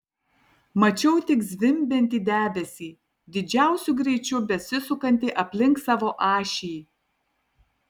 mačiau tik zvimbiantį debesį didžiausiu greičiu besisukantį aplink savo ašį